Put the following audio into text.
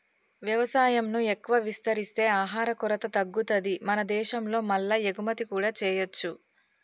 వ్యవసాయం ను ఎక్కువ విస్తరిస్తే ఆహార కొరత తగ్గుతది మన దేశం లో మల్ల ఎగుమతి కూడా చేయొచ్చు